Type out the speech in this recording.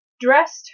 dressed